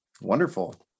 Wonderful